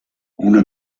una